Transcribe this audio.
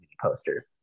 poster